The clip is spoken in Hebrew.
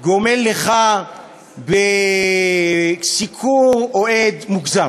גומל לך בסיקור אוהד מוגזם.